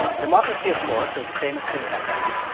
democracy, of course, is famously messy.